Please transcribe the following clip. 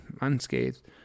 unscathed